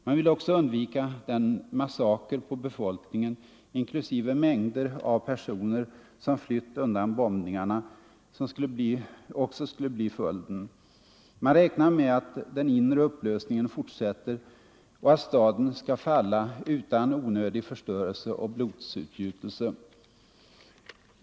Man vill också undvika den massaker på befolkningen inklusive mängder av personer som flytt undan bombningarna, som också skulle bli följden. Man räknar med att den inre upplösningen fortsätter och att staden skall falla utan onödig förstörelse och blodsutgjutelse.